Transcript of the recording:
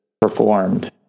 performed